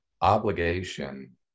obligation